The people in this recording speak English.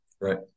right